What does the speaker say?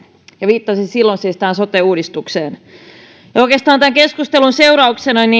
ja viittasi silloin siis tähän sote uudistukseen oikeastaan tämän keskustelun seurauksena